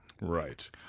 Right